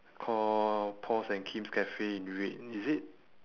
call paul's and kim's cafe in red is it